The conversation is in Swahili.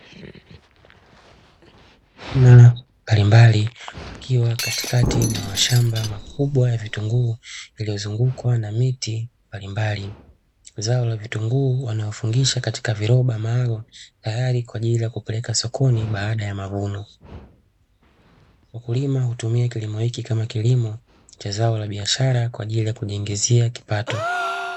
Wakulima mbalimbali wakiwa katikati mwa mashamba makubwa ya vitunguu, vilivyozungukwa na miti mbalimbali. Zao la vitunguu wanalofungisha katika viroba maalumu, tayari kwa ajili ya kupeleka sokoni baada ya mavuno. Wakulima hutumia kilimo hiki kama kilimo cha zao la biashara, kwa ajili ya kujiingizia kipato.